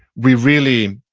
we really,